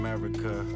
America